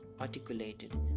articulated